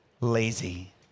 Lazy